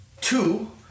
two